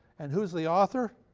and who's the author?